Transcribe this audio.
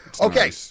Okay